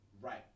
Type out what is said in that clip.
right